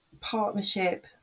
partnership